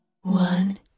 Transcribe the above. One